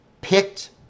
picked